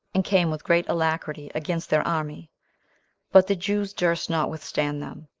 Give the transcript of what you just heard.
and came with great alacrity against their army but the jews durst not withstand them,